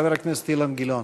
חבר הכנסת אילן גילאון.